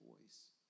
voice